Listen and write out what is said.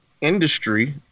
industry